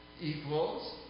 equals